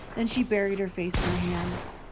then she buried her face in her hands.